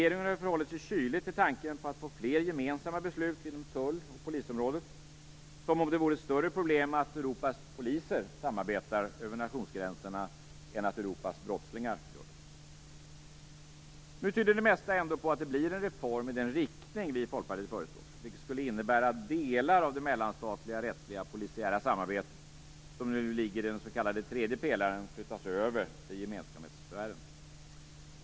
Regeringen har ju förhållit sig kylig till tanken på att få fler gemensamma beslut inom tull och polisområdet, som om det vore ett större problem att Europas poliser samarbetar över nationsgränserna än att Europas brottslingar gör det. Nu tyder det mesta ändå på att det blir en reform i den riktning vi i Folkpartiet förespråkat, vilket skulle innebära att delar av det mellanstatliga rättsliga polisiära samarbete som nu ligger i den s.k. tredje pelaren flyttas över till gemensamhetssfären.